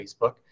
Facebook